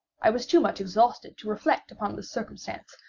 i was too much exhausted to reflect upon this circumstance,